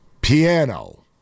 PIANO